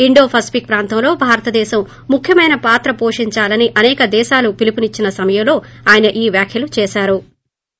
Indo Pacific ప్రాంతంలో భారతదేశం ముఖ్యమైన పాత్ర పోషించాలని అసేక దేశాలు పిలుపునిచ్చిన సమయంలో ఆయన ఈ వ్యాఖ్యలు చేశారు